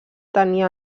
tenia